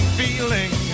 feeling